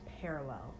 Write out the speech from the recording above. parallel